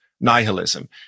nihilism